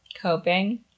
coping